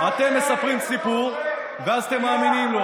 אתם מספרים סיפור ואז אתם מאמינים לו,